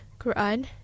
Quran